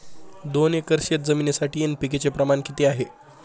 दोन एकर शेतजमिनीसाठी एन.पी.के चे प्रमाण किती आहे?